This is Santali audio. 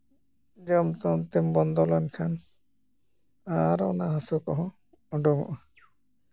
ᱡᱚᱢ ᱠᱚᱢ ᱛᱮᱢ ᱵᱚᱱᱫᱚ ᱞᱮᱱᱠᱷᱟᱱ ᱟᱨ ᱚᱱᱟ ᱦᱟᱹᱥᱩ ᱠᱚᱦᱚᱸ ᱩᱰᱳᱠᱚᱜᱼᱟ